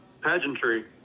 pageantry